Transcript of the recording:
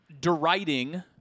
deriding